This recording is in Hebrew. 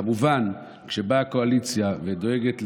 כמובן, כשבאה קואליציה ודואגת לרוב,